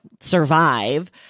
survive